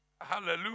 Hallelujah